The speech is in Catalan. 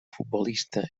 futbolista